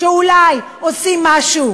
שאולי עושים משהו.